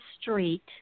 street